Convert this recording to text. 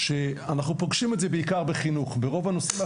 אנחנו פוגשים את זה בעיקר בחינוך; ברוב הנושאים האחרים,